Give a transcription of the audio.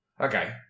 Okay